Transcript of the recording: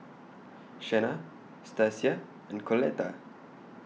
Shenna Stacia and Coletta